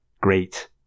Great